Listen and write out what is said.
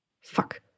Fuck